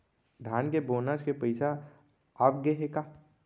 धान के बोनस के पइसा आप गे हे का?